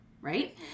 right